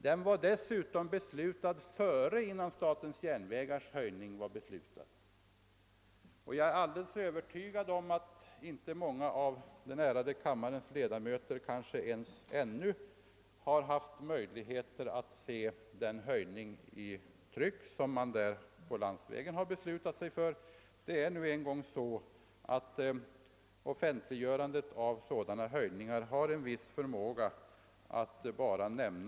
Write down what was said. Den hade dessutom beslutats redan innan höjningen för statens järnvägar var beslutad, men många av kammarens ledamöter har kanske inte ännu sett någonting i tryck om den höjningen. Det är nu en gång så att sådana höjningar bara brukar nämnas i marginalen.